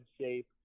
shape